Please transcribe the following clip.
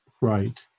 Right